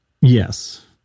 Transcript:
Yes